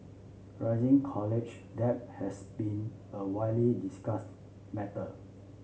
rising college debt has been a widely discussed matter